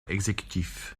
exécutif